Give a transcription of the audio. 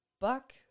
Buck